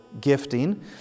gifting